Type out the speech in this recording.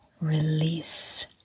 release